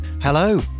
Hello